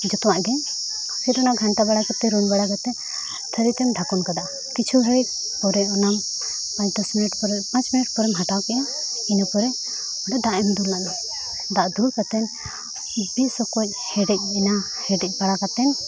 ᱡᱚᱛᱚᱣᱟᱜ ᱜᱮ ᱯᱷᱤᱨ ᱚᱱᱟ ᱜᱷᱟᱱᱴᱟ ᱵᱟᱲᱟ ᱠᱟᱛᱮᱫ ᱨᱩᱱ ᱵᱟᱲᱟ ᱠᱟᱛᱮᱫ ᱛᱷᱟᱹᱨᱤ ᱛᱮᱢ ᱰᱷᱟᱠᱚᱱ ᱠᱟᱫᱟᱜᱼᱟ ᱠᱤᱪᱷᱩ ᱜᱷᱟᱹᱲᱤᱡ ᱯᱚᱨᱮ ᱚᱱᱟᱢ ᱯᱟᱸᱪ ᱫᱚᱥ ᱯᱚᱨᱮ ᱯᱟᱸᱪ ᱯᱚᱨᱮᱢ ᱦᱟᱛᱟᱣ ᱠᱮᱫᱼᱟ ᱤᱱᱟᱹ ᱯᱚᱨᱮ ᱚᱸᱰᱮ ᱫᱟᱜ ᱮᱢ ᱫᱩᱞᱟᱜᱼᱟ ᱫᱟᱜ ᱫᱩᱞ ᱠᱟᱛᱮᱫ ᱵᱮᱥ ᱚᱠᱚᱡ ᱦᱮᱰᱮᱡ ᱮᱱᱟ ᱦᱮᱰᱮᱡ ᱵᱟᱲᱟ ᱠᱟᱛᱮᱫ